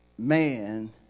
man